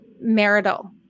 marital